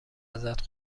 ازت